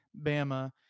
Bama